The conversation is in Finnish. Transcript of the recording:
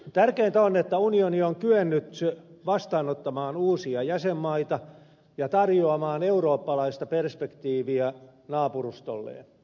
tärkeintä on että unioni on kyennyt vastaanottamaan uusia jäsenmaita ja tarjoamaan eurooppalaista perspektiiviä naapurustolleen